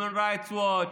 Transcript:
Human Rights Watch,